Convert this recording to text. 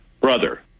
brother